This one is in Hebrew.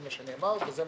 זה מה שנאמר בינינו,